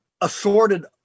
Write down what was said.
assorted